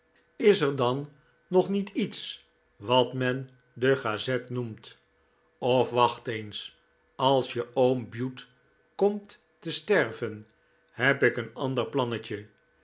is er dan nog niet iets wat men de gazette noemt of wacht eens als je oom bute komt te sterven heb ik een ander plannetje